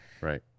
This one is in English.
Right